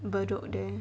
bedok there